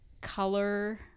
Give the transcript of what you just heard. color